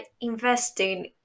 investing